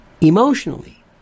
emotionally